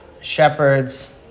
shepherds